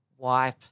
wipe